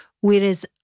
Whereas